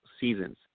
seasons